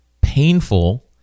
painful